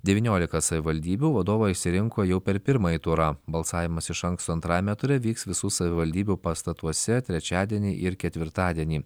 devyniolika savivaldybių vadovą išsirinko jau per pirmąjį turą balsavimas iš anksto antrajame ture vyks visų savivaldybių pastatuose trečiadienį ir ketvirtadienį